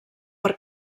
per